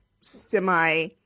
semi